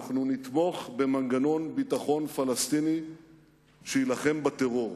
אנחנו נתמוך במנגנון ביטחון פלסטיני שיילחם בטרור,